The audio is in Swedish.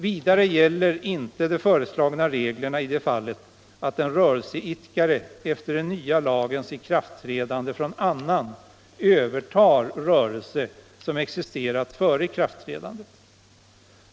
Vidare gäller inte de föreslagna reglerna i det fallet att en rörelseidkare efter den nya lagens ikraftträdande från annan övertar rörelse som existerat före ikraftträdandet.